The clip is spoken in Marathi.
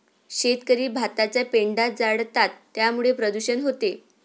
शेतकरी भाताचा पेंढा जाळतात त्यामुळे प्रदूषण होते